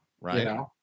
right